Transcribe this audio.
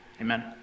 Amen